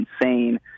insane